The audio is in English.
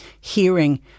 hearing